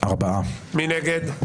מי נגד?